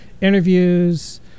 interviews